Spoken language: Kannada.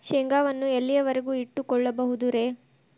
ಶೇಂಗಾವನ್ನು ಎಲ್ಲಿಯವರೆಗೂ ಇಟ್ಟು ಕೊಳ್ಳಬಹುದು ರೇ?